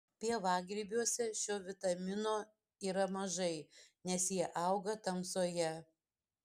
pievagrybiuose šio vitamino yra mažai nes jie auga tamsoje